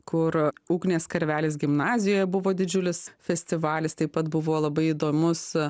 kur ugnės karvelis gimnazijoje buvo didžiulis festivalis taip pat buvo labai įdomus a